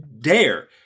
dare